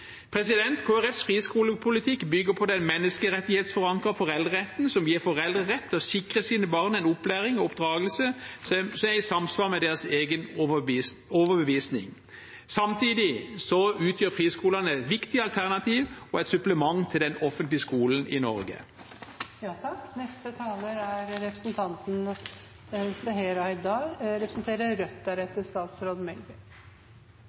friskolepolitikk bygger på den menneskerettighetsforankrede foreldreretten som gir foreldre rett til å sikre sine barn en opplæring og oppdragelse som er i samsvar med deres egen overbevisning. Samtidig utgjør friskolene et viktig alternativ og et supplement til den offentlige skolen i